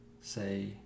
say